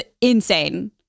insane